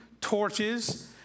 torches